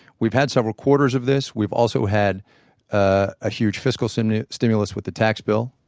we've had several quarters of this, we've also had a huge fiscal stimulus stimulus with the tax bill,